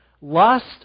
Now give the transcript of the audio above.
Lust